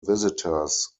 visitors